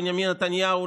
בנימין נתניהו,